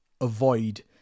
avoid